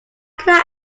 can